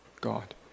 God